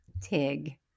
Tig